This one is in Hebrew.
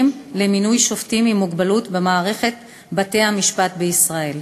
למינוי שופטים עם מוגבלות במערכת בתי-המשפט בישראל.